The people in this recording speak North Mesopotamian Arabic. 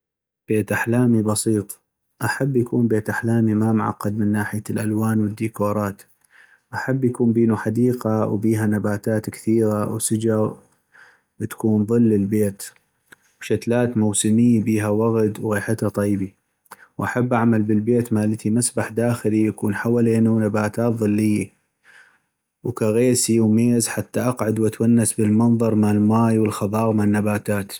بيت احلامي بسيط ، احب يكون بيت احلامي ما معقد من ناحية الالوان والديكورات ، احب يكون بينو حديقة وبيها نباتات كثيغا ، وسجغ تكون ظل للبيت ، وشتلات موسميي بيها وغد وغيحتا طيبي ، واحب اعمل بالبيت مالتي مسبح داخلي ويكون حولينو نباتات ظليي وكغيسي وميز حتى اقعد وتونس بالمنظر مال ماي والخضاغ مال نباتات.